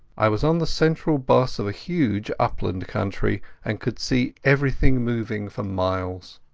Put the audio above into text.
i was on the central boss of a huge upland country, and could see everything moving for miles.